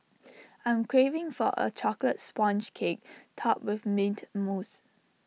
I'm craving for A Chocolate Sponge Cake Topped with Mint Mousse